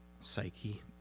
psyche